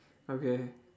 okay